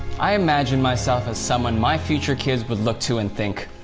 i imagine myself as someone my future kids would look to and think,